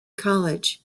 college